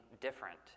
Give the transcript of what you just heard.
different